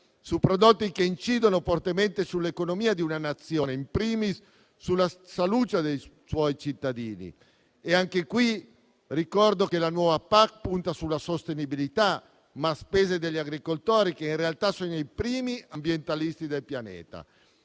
su prodotti che incidono fortemente sull'economia di una Nazione, *in primis* sulla salute dei suoi cittadini. Anche qui ricordo che la nuova PAC punta sulla sostenibilità, ma a spese degli agricoltori, che in realtà sono i primi ambientalisti del pianeta.